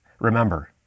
Remember